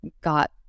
got